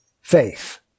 faith